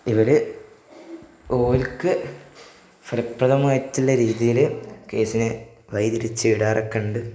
ഇവര് ഓൽക്ക് ഫലപ്രദമായിട്ടുള്ള രീതിയില് കേസിനെ വഴിതിരിച്ച് വിടാറൊക്കെയുണ്ട്